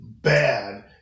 bad